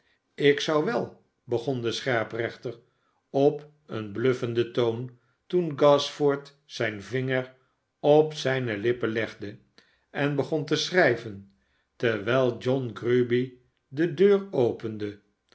ik zou wel begon de scherprechter op een bluffenden toon toen gashford zijn vinger op zijne hppen legde en begon te schrijven dewijl john grueby de deur opende